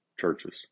churches